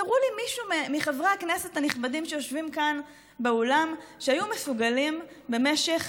תראו לי מישהו מחברי הכנסת הנכבדים שיושבים כאן באולם שהיה מסוגל במשך